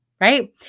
Right